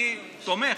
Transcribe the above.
אני תומך.